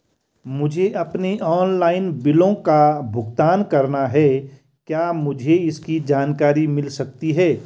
मुझे अपने ऑनलाइन बिलों का भुगतान करना है क्या मुझे इसकी जानकारी मिल सकती है?